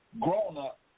grown-up